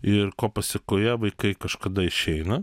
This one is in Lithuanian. ir ko pasėkoje vaikai kažkada išeina